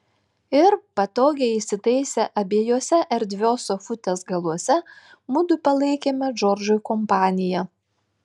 ir patogiai įsitaisę abiejuose erdvios sofutės galuose mudu palaikėme džordžui kompaniją